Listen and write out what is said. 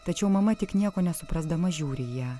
tačiau mama tik nieko nesuprasdama žiūri į ją